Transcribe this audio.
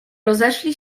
rozeszli